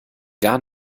gar